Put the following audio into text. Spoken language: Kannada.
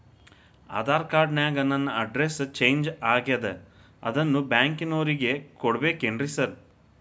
ಆಧಾರ್ ಕಾರ್ಡ್ ನ್ಯಾಗ ನನ್ ಅಡ್ರೆಸ್ ಚೇಂಜ್ ಆಗ್ಯಾದ ಅದನ್ನ ಬ್ಯಾಂಕಿನೊರಿಗೆ ಕೊಡ್ಬೇಕೇನ್ರಿ ಸಾರ್?